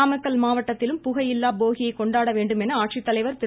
நாமக்கல் மாவட்டத்திலும் புகையில்லா போகியை கொண்டாட வேண்டும் என ஆட்சித்தலைவர் திரு